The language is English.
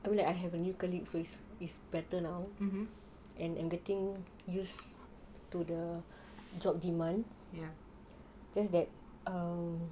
I mean like I have a new colleague so it's it's better now and I'm getting used to the job demand just that um